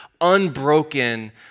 unbroken